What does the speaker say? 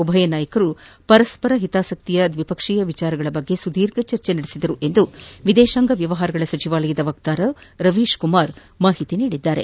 ಉಭಯ ನಾಯಕರು ಪರಸ್ಪರ ಹಿತಾಸಕ್ತಿಯ ದ್ವಿಪಕ್ಷೀಯ ವಿಷಯಗಳ ಕುರಿತು ಸುದೀರ್ಘ ಚರ್ಚೆ ನಡೆಸಿದರು ಎಂದು ವಿದೇಶಾಂಗ ವ್ಯವಹಾರಗಳ ಸಚಿವಾಲಯದ ವಕ್ತಾರ ರವೀಶ್ ಕುಮಾರ್ ವಿವರ ನೀಡಿದರು